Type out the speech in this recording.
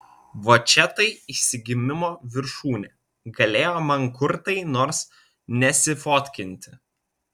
va čia tai išsigimimo viršūnė galėjo mankurtai nors nesifotkinti